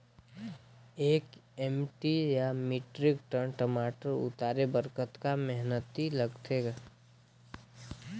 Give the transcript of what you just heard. एक एम.टी या metric tonne टमाटर उतारे बर कतका मेहनती लगथे ग?